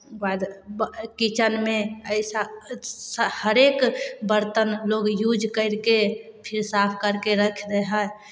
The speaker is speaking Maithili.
ओकर बाद ब किचेनमे अइसा स् हरेक बरतन लोक यूज करि कऽ फेर साफ करि कऽ राखि दै हइ